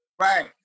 Right